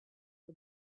the